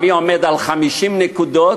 הערבי עומד על 50 נקודות,